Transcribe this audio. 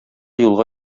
юлга